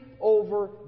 over